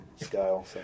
scale